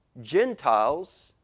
Gentiles